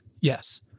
yes